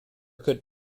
could